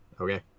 Okay